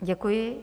Děkuji.